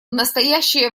настоящее